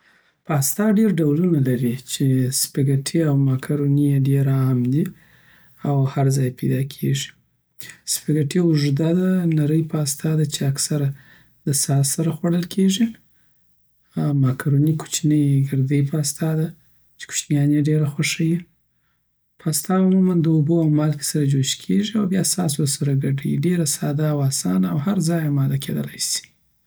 پاستا ډېر ډولونه لري، چی سپېګېټي او ماکاروني یی ډیر عام دی او هرځای پیداکیږی سپېګېټي اوږده، نری پاستا ده، چې اکثره د ساس سره خوړل کېږي. ماکاروني کوچنۍ ګردی پاستا ده، چی کوشنیان یې ډېره خوښوي. پاستا عموماً د اوبو او مالګې سره جوش کېږي، بیا ساس ورسره ګډوي. ډیره ساده او اسانه ده او هرځای اماده کیدلای سی